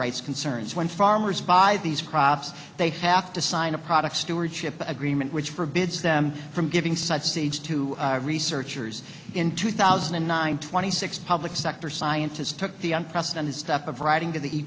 rights concerns when farmers buy these crops they have to sign a product stewardship agreement which forbids them from giving such a stage to researchers in two thousand and nine twenty six public sector scientists took the unprecedented step of writing t